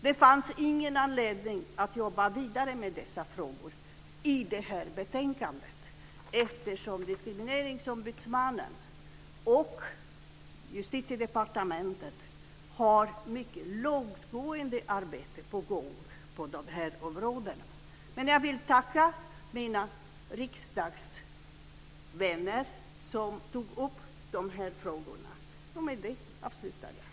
Det fanns ingen anledning att jobba vidare med dessa frågor i detta betänkande eftersom Diskrimineringsombudsmannen och Justitiedepartementet har ett mycket långtgående arbete på gång inom dessa områden. Jag till tacka mina riksdagsvänner som tog upp dessa frågor. Med detta avslutar jag mitt anförande.